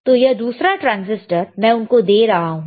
तो यह दूसरा ट्रांजिस्टर मैं उनको दे रहा हूं